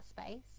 space